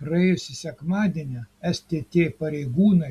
praėjusį sekmadienį stt pareigūnai